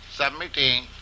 submitting